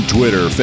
Twitter